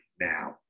now